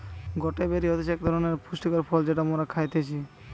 গটে বেরি হতিছে একটো ধরণের পুষ্টিকর ফল যেটা মোরা খাইতেছি